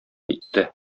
әйтте